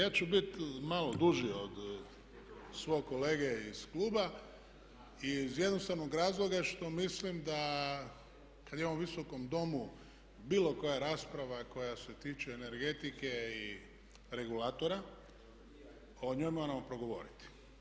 Ja ću biti malo duži od svog kolege iz kluba iz jednostavnog razloga što mislim da kada je u ovom Visokom domu bilo koja rasprava koja se tiče energetike i regulatora o njoj moramo progovoriti.